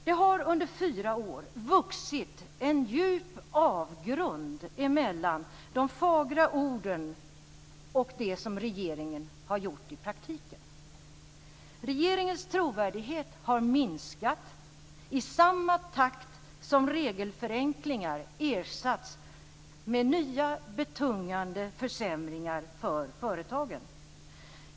Det har under fyra år vuxit en djup avgrund mellan de fagra orden och det som regeringen gjort i handling. Regeringens trovärdighet har minskat i samma takt som regelförenklingar ersatts med nya betungande försämringar för företagen.